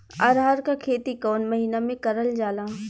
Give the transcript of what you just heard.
अरहर क खेती कवन महिना मे करल जाला?